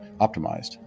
optimized